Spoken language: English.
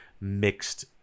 mixed